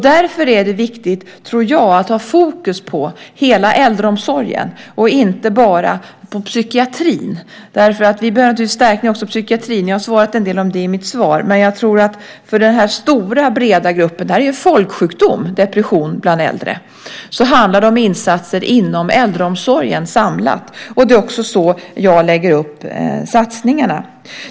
Därför är det viktigt, tror jag, att ha fokus på hela äldreomsorgen och inte bara på psykiatrin. Vi behöver naturligtvis också förstärkningar på psykiatrin. Jag har talat en del om det i mitt svar. Men jag tror att för den stora breda gruppen - depression bland äldre är ju en folksjukdom - handlar det om insatser inom äldreomsorgen samlat. Det är också så jag lägger upp satsningarna.